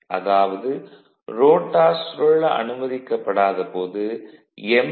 அதாவது ரோட்டார் சுழல அனுமதிக்கப்படாத போது எம்